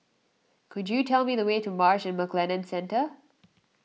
could you tell me the way to Marsh and McLennan Centre